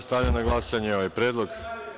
Stavljam na glasanje ovaj predlog.